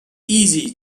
easy